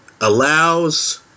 allows